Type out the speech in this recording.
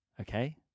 Okay